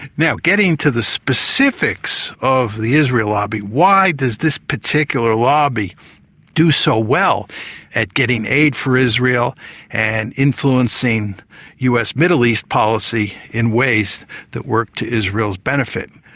now, getting to the specifics of the israel lobby, why does this particular lobby do so well at getting aid for israel and influencing us middle east policy in ways that work to israel's benefit?